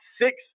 six